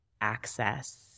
access